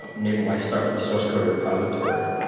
but maybe why start with a source code repository?